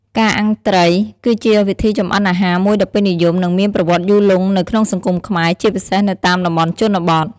ការអាំងត្រី គឺជាវិធីចម្អិនអាហារមួយដ៏ពេញនិយម និងមានប្រវត្តិយូរលង់នៅក្នុងសង្គមខ្មែរ ជាពិសេសនៅតាមតំបន់ជនបទ។